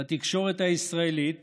בתקשורת הישראלית